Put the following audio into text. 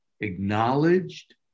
acknowledged